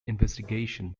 investigation